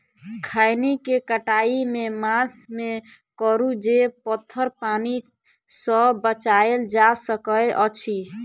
खैनी केँ कटाई केँ मास मे करू जे पथर पानि सँ बचाएल जा सकय अछि?